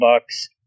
bucks